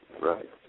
Right